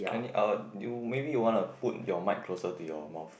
any uh you maybe you want to put your mic closer to your mouth